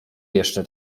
jeszcze